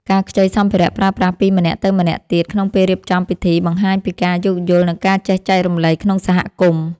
ការខ្ចីសម្ភារៈប្រើប្រាស់ពីម្នាក់ទៅម្នាក់ទៀតក្នុងពេលរៀបចំពិធី បង្ហាញពីការយោគយល់និងការចេះចែករំលែកក្នុងសហគមន៍។